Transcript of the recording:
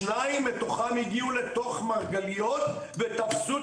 שניים מתוכם הגיעו לתוך מרגליות ותפסו